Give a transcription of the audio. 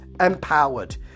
empowered